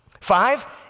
Five